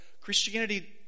Christianity